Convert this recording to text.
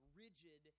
rigid